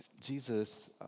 Jesus